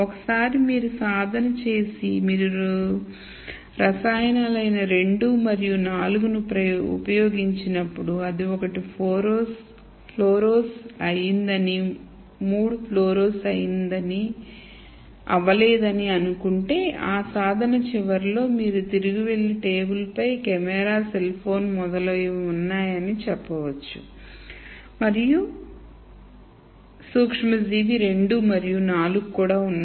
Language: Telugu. ఒకసారి మీరు ఈ సాధన చేసి మీరు రసాయన 2 మరియు 4 ను ఉపయోగించినప్పుడు అది ఒకటి ఫ్లోరోస్ అయ్యిందని మరియు 3 ఫ్లోరోస్అవ్వలేదని అనుకుంటే ఆ సాధన చివరిలో మీరు తిరిగి వెళ్లి టేబుల్పై కెమెరా సెల్ ఫోన్ మొదలైనవి ఉన్నాయని చెప్పవచ్చు మరియు సూక్ష్మజీవి 2 మరియు 4